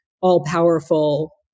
all-powerful